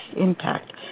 Impact